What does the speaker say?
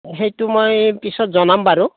সেইটো মই পিছত জনাম বাৰু